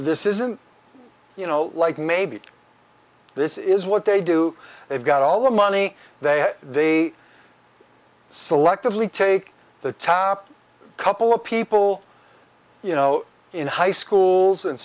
this isn't you know like maybe this is what they do they've got all the money they have they selectively take the top couple of people you know in high schools and